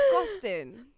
Disgusting